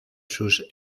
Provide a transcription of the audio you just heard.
sus